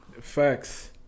Facts